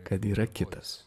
kad yra kitas